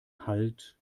halt